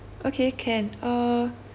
okay can err